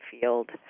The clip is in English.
field